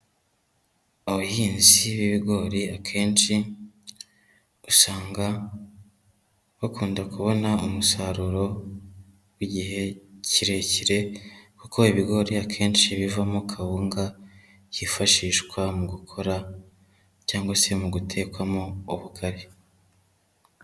Abahinzi b'ibigori akenshi usanga bakunda kubona umusaruro w'igihe kirekire kuko ibigori akenshi bivamo kawunga yifashishwa mu gukora cyangwa se mu gutekwamo ubugari.